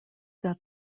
that